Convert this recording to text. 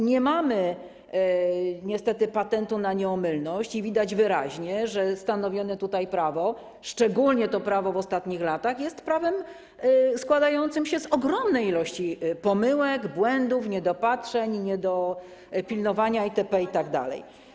Nie mamy niestety patentu na nieomylność i widać wyraźnie, że stanowione tutaj prawo, szczególnie w ostatnich latach, jest prawem składającym się z ogromnej ilości pomyłek, błędów, niedopatrzeń, niedopilnowań itp., itd.